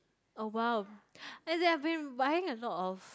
a while and they've been buying a lot of